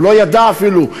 הוא לא ידע אפילו.